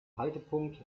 haltepunkt